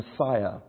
Messiah